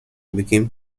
became